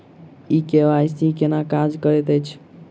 ई KYC केना काज करैत अछि?